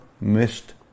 missed